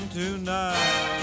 tonight